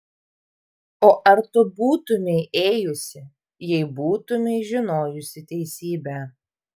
o ar tu būtumei ėjusi jei būtumei žinojusi teisybę